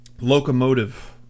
locomotive